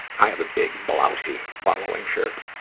i have a big, blousy wallowing shirt.